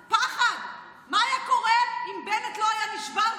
פחד אלוהים מה שהשארתם לנו.